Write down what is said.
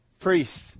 priests